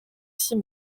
six